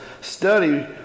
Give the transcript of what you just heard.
study